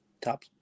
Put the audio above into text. top